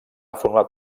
format